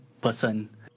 person